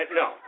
no